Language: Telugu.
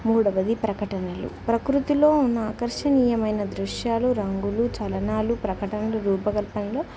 మూడవది ప్రకటనలు ప్రకృతిలో ఉన్న ఆకర్షణీయమైన దృశ్యాలు రంగులు చలనాలు ప్రకటనలు రూపకల్పనలు